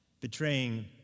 Betraying